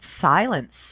silence